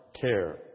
care